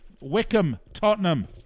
Wickham-Tottenham